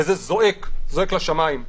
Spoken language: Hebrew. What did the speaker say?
וזה זועק לשמיים.